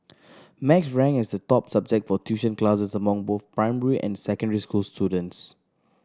maths ranked as the top subject for tuition classes among both primary and secondary school students